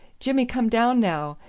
jimmy come down now!